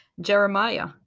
Jeremiah